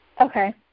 Okay